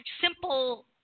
simple